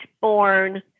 born